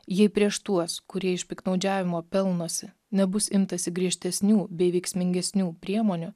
jei prieš tuos kurie iš piktnaudžiavimo pelnosi nebus imtasi griežtesnių bei veiksmingesnių priemonių